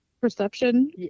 perception